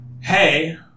Hey